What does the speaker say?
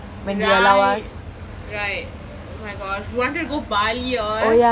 right right my gosh we wanted to go bali all